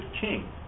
king